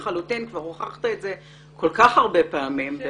כבר הוכחת את זה כל כך הרבה פעמים.